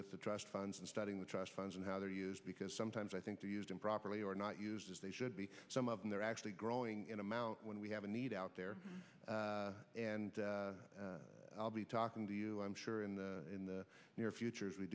with the trust funds and studying the trust funds and how they're used because sometimes i think they used improperly or not used as they should be some of them they're actually growing in amount when we have a need out there and i'll be talking to you i'm sure in the in the near future if we